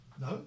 No